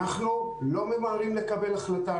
אנחנו לא ממהרים לקבל החלטה.